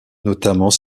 notamment